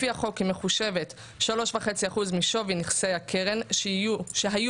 לפי החוק היא מחושבת 3.5% משווי נכסי הקרן שהיו